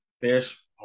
fish